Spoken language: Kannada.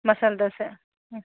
ಮಸಾಲೆ ದೋಸೆ